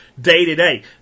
day-to-day